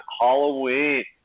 Halloween